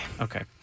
Okay